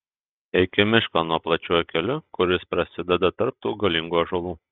eik į mišką anuo plačiuoju keliu kuris prasideda tarp tų galingų ąžuolų